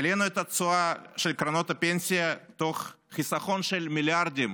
העלינו את התשואה של קרנות הפנסיה תוך חיסכון של מיליארדים